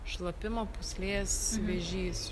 šlapimo pūslės vėžys